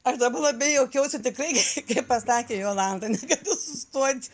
aš dabar labai juokiausi kai pasakė jolanta negaliu sustoti